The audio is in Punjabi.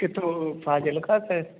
ਕਿਥੋਂ ਫਾਜਿਲਕਾ ਤੇ